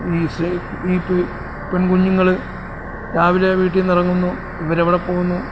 ഈ ഈ പെൺകുഞ്ഞുങ്ങൾ രാവിലെ വീട്ടിൽനിന്ന് ഇറങ്ങുന്നു ഇവർ എവിടെപ്പോകുന്നു